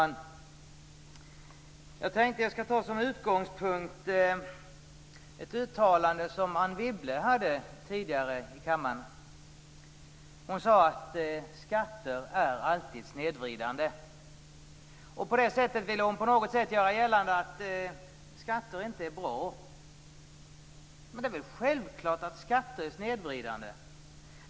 Herr talman! Jag skall som utgångspunkt ta ett uttalande som Anne Wibble gjorde tidigare i kammaren. Hon sade att skatter alltid är snedvridande. Med detta ville hon på något sätt göra gällande att skatter inte är bra. Det är självklart att skatter är snedvridande.